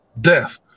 death